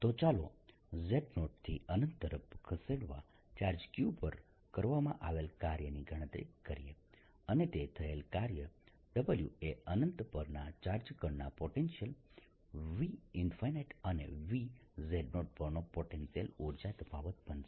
તો ચાલો z0 થી અનંત તરફ ખસેડવા ચાર્જ q પર કરવામાં આવેલ કાર્યની ગણતરી કરીએ અને તે થયેલ કાર્ય W એ અનંત પરના ચાર્જ કણના પોટેન્શિયલ v∞ અને v પરનો પોટેન્શિયલ ઊર્જા તફાવત બનશે